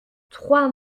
trois